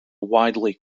widely